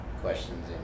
questions